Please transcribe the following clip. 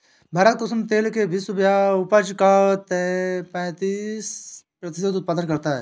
भारत कुसुम तेल के विश्व उपज का पैंतीस प्रतिशत उत्पादन करता है